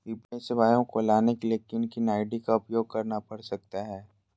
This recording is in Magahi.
यू.पी.आई सेवाएं को लाने के लिए किन किन आई.डी का उपयोग करना पड़ सकता है?